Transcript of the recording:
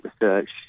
research